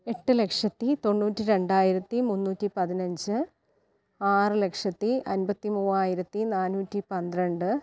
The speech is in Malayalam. എട്ട് ലക്ഷത്തി തൊണ്ണൂറ്റി രണ്ടായിരത്തി മുന്നൂറ്റി പതിനഞ്ച് ആറ് ലക്ഷത്തി അൻപത്തി മൂവായിരത്തി നാനൂറ്റി പന്ത്രണ്ട്